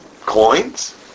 coins